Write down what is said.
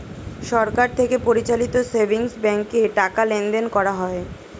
সরকার থেকে পরিচালিত সেভিংস ব্যাঙ্কে টাকা লেনদেন করা হয়